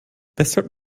weshalb